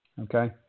Okay